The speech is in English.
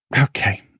okay